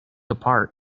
apart